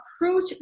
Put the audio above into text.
approach